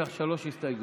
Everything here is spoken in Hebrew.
יש לך שלוש הסתייגויות.